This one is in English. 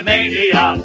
Mania